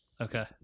Okay